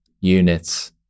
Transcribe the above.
units